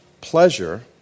pleasure